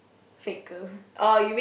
fake girl